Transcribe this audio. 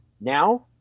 Now